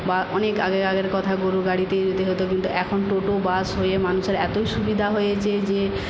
বা অনেক আগের আগের কথা গরুর গাড়িতে যেতে হত কিন্তু এখন টোটো বাস হয়ে মানুষের এতই সুবিধা হয়েছে যে